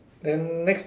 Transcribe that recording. then next